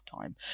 time